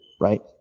Right